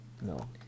No